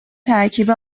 ترکیب